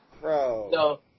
Bro